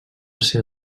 ser